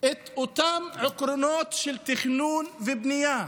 את אותם עקרונות של תכנון ובנייה